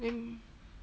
then